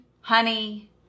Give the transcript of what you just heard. honey